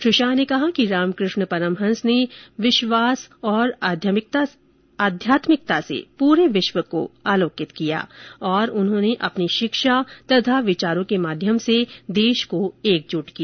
श्री शाह ने कहा कि रामकृष्ण परमहंस ने विश्वास और आध्यात्मिकता से पूरे विश्व को आलोकित किया तथा उन्होंने अपनी शिक्षा और विचारों के माध्यम से देश को एकजुट किया